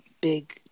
big